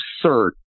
absurd